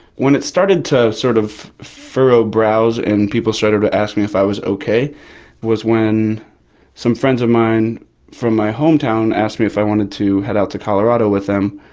when it started to sort of furrow brows, and people started to ask me if i was okay was when some friends of mine from my hometown asked me if i wanted to head out to colorado with them,